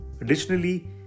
Additionally